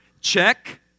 check